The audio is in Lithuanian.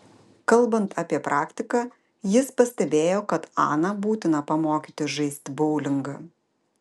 kalbant apie praktiką jis pastebėjo kad aną būtina pamokyti žaisti boulingą